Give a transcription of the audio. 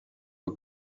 for